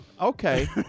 Okay